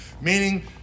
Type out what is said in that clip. Meaning